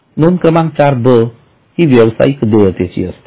नोंद क्रमांक चार ब हि व्यावसायिक देयतेची असते